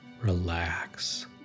relax